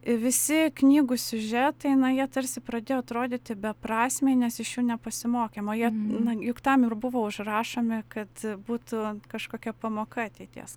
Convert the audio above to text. visi knygų siužetai na jie tarsi pradėjo atrodyti beprasmiai nes iš jų nepasimokėm o jie na juk tam ir buvo užrašomi kad būtų kažkokia pamoka ateities